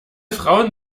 frauen